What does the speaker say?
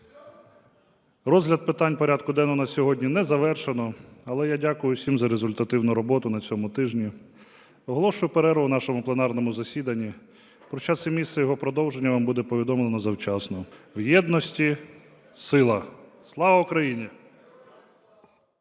розгляд питань порядку денного на сьогодні не завершено, але я дякую всім за результативну роботу на цьому тижні. Оголошую перерву в нашому пленарному засіданні. Про час і місце його продовження вам буде повідомлено завчасно. Нагадую вам про